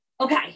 Okay